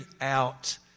out